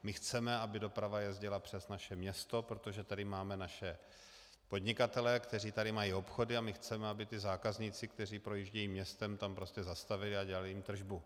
My chceme, aby doprava jezdila přes naše město, protože tady máme naše podnikatele, kteří tady mají obchody, a my chceme, aby zákazníci, kteří projíždějí městem, tam zastavili a dělali jim tržbu.